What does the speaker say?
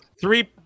three